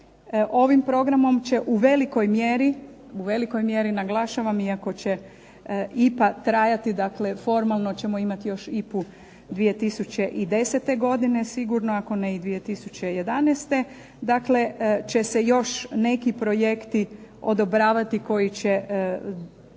ovim programom će u velikoj mjeri naglašavam iako će IPA trajati dakle formalno ćemo imati još IPA-u 2010. godine, sigurno ako ne i 2011. Dakle, će se još neki projekti odobravati koji će